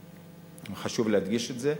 וחשוב להדגיש את זה.